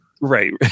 Right